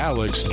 Alex